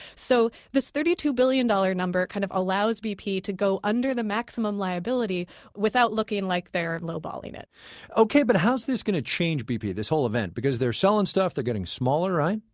so this thirty two billion dollars number kind of allows bp to go under the maximum liability without looking like they're low-balling it ok, but how is this going to change bp, this whole event? because they're selling stuff, they're getting smaller, right?